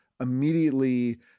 immediately